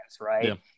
right